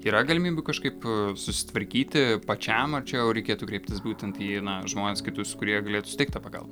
yra galimybių kažkaip susitvarkyti pačiam ar čia jau reikėtų kreiptis būtent į na žmones kitus kurie galėtų suteikt tą pagalbą